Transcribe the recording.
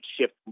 shift